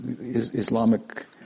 Islamic